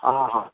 ହଁ ହଁ